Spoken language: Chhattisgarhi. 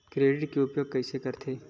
क्रेडिट के उपयोग कइसे करथे?